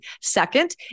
Second